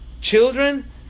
Children